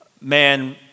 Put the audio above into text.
man